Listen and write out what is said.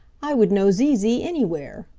i would know zee zee anywhere.